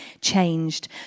changed